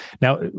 Now